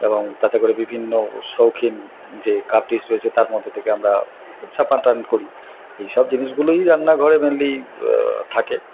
এবং তাতে করে বিভিন্ন শৌখিন যে কাপ ডিশ রয়েছে তার মধ্যে থেকে আমরা করি এই সব জিনিসগুলোই রান্নাঘরে মেনলি থাকে